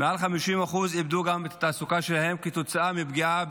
מעל 50% איבדו גם את התעסוקה שלהם כתוצאה מפגיעה,